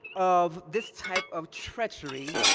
of this type of treachery